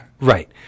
Right